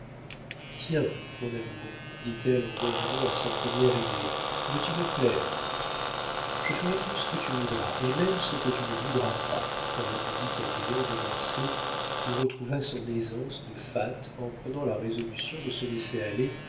tiens mon amour dit-elle en revenant à sa première idée veux-tu me plaire je ferai tout ce que tu voudras et même ce que tu ne voudras pas répondit en riant de marsay qui retrouva son aisance de fat en prenant la résolution de se laisser aller